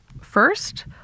first